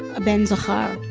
a ben zachar,